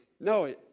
No